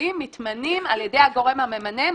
חיצוניים מתמנים על ידי הגורם הממנה,